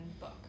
book